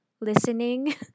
listening